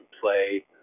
play